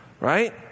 Right